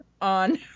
on